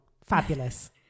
Fabulous